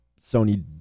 Sony